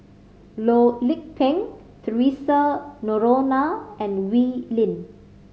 Loh Lik Peng Theresa Noronha and Wee Lin